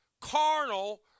carnal